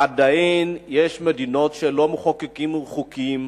עדיין יש מדינות שבהן לא מחוקקים חוקים